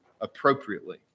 appropriately